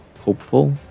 hopeful